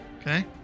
Okay